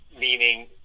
meaning